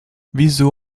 wieso